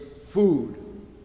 food